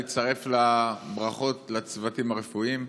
מצטרף לברכות לצוותים הרפואיים.